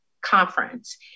conference